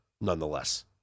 nonetheless